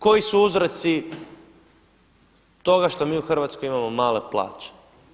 Koji su uzroci toga što mi u Hrvatskoj imamo male plaće?